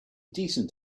decent